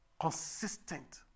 consistent